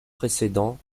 précédent